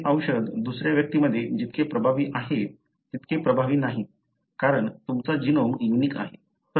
प्रत्येक औषध दुसऱ्या व्यक्तीमध्ये जितके प्रभावी आहे तितके प्रभावी नाही कारण तुमचा जीनोम युनिक आहे